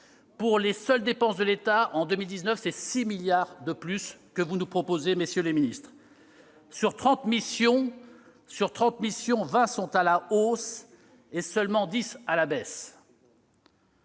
Pour les seules dépenses de l'État, en 2019, ce sont 6 milliards d'euros de plus que vous nous proposez, messieurs les ministres. Sur trente missions, vingt sont à la hausse et seulement dix à la baisse.